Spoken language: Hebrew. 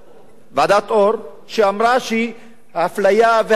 ועדת-אור, שאמרה שהאפליה והקיפוח